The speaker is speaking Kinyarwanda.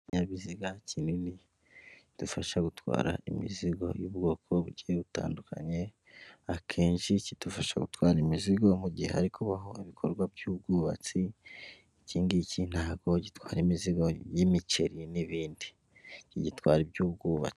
Ikinyabiziga kinini, kidufasha gutwara imizigo y'ubwoko bugiye butandukanye, akenshi kidufasha gutwara imizigo mu gihe hari kubaho ibikorwa by'ubwubatsi, iki ngiki ntabwo gitwara imizigo y'imiceri n'ibindi. Iki gitwara iby'ubwubatsi.